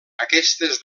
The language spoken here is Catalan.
aquestes